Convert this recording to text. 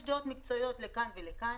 יש דעות מקצועיות לכאן ולכאן.